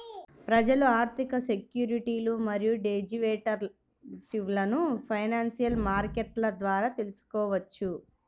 ప్రజలు ఆర్థిక సెక్యూరిటీలు మరియు డెరివేటివ్లను ఫైనాన్షియల్ మార్కెట్ల ద్వారా తెల్సుకోవచ్చు